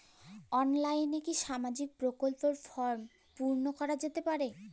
অনলাইনে কি সামাজিক প্রকল্পর ফর্ম পূর্ন করা যেতে পারে?